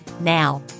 Now